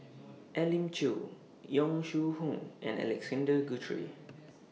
Elim Chew Yong Shu Hoong and Alexander Guthrie